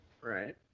Right